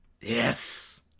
Yes